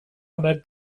einmal